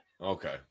Okay